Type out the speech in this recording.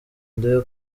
ndebe